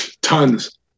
tons